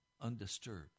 undisturbed